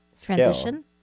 transition